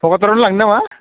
क'क्राझाराव लांनो नामा